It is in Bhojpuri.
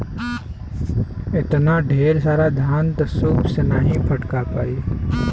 एतना ढेर सारा धान त सूप से नाहीं फटका पाई